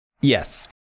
Yes